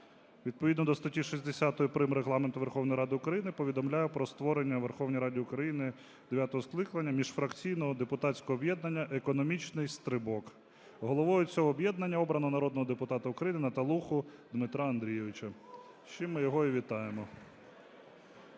Відповідно до статті 60 прим. Регламенту Верховної Ради України повідомляю про створення у Верховній Раді України дев'ятого скликання міжфракційного депутатського об'єднання "Економічний стрибок". Головою цього об'єднання обрано народного депутата України Наталуху Дмитра Андрійовича. З чим ми його і вітаємо.